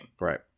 Right